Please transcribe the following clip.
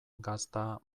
gazta